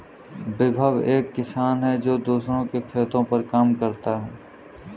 विभव एक किसान है जो दूसरों के खेतो पर काम करता है